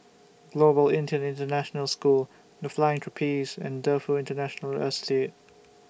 Global Indian International School The Flying Trapeze and Defu Industrial Estate